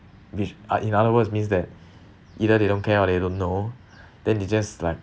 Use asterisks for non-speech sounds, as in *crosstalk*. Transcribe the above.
which are in other words means that *breath* either they don't care or they don't know *breath* then they just like